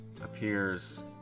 appears